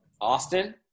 Austin